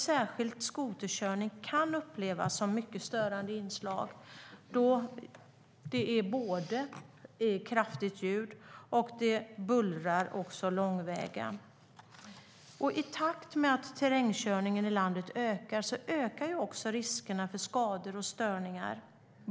Särskilt skoterkörning kan upplevas som mycket störande inslag då det är kraftigt ljud och bullrar lång väg. I takt med att terrängkörningen i landet ökar så ökar också riskerna för skador och störningar.